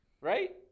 Right